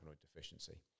deficiency